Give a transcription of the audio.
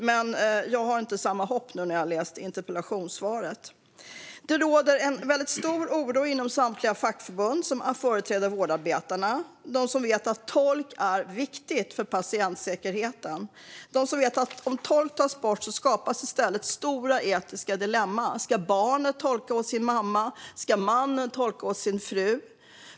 Men jag känner inte samma hopp nu när jag har hört interpellationssvaret. Det råder en stor oro inom samtliga fackförbund som företräder vårdarbetarna - de som vet att tolk är viktigt för patientsäkerheten, de som vet att om en tolk tas bort skapas i stället stora etiska dilemman. Ska barnet tolka åt sin mamma? Ska mannen tolka åt sin fru?